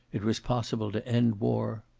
it was possible to end war,